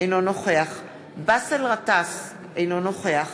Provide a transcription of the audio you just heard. אינו נוכח באסל גטאס, אינו נוכח